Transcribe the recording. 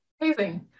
Amazing